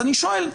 אני שואל,